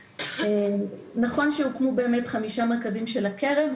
נכון שהוקמו חמישה מרכזים של הקרן,